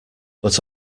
but